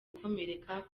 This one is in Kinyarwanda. gukomereka